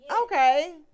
Okay